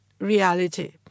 reality